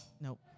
Nope